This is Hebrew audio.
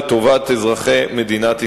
לטובת אזרחי מדינת ישראל.